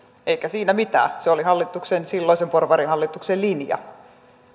eikä siinä mitään se oli silloisen porvarihallituksen linja